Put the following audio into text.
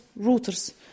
routers